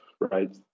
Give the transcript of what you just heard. right